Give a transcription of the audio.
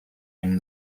him